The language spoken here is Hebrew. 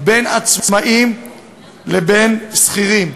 בין עצמאים לבין שכירים,